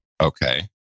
Okay